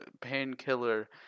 Painkiller